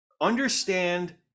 understand